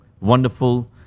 wonderful